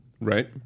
right